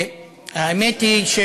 האמת היא,